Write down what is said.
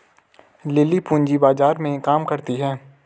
lily पूंजी बाजार में काम करती है